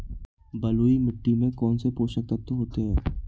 बलुई मिट्टी में कौनसे पोषक तत्व होते हैं?